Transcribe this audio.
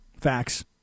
Facts